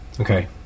Okay